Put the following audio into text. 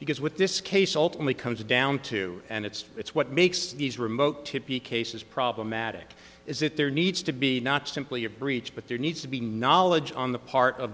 because with this case ultimately comes down to and it's it's what makes these remote tippi cases problematic is that there needs to be not simply a breach but there needs to be knowledge on the part of